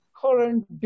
current